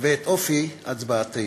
ואת אופי הצבעתנו.